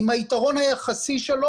עם היתרון היחסי של.